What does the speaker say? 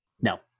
No